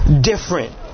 different